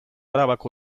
arabako